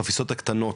חפיסות הקטנות